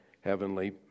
heavenly